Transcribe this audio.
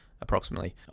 approximately